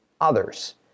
others